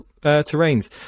terrains